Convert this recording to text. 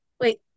wait